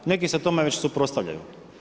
Neki se tome već suprotstavljaju.